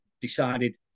decided